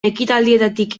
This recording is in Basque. ekitaldietatik